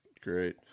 great